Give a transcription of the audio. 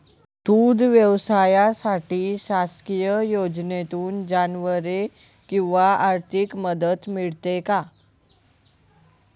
दूध व्यवसायासाठी शासकीय योजनेतून जनावरे किंवा आर्थिक मदत मिळते का?